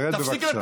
תרד בבקשה.